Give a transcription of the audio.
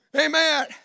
Amen